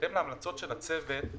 בהתאם להמלצות של הצוות,